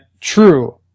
true